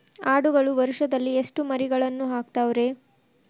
ಆಡುಗಳು ವರುಷದಲ್ಲಿ ಎಷ್ಟು ಮರಿಗಳನ್ನು ಹಾಕ್ತಾವ ರೇ?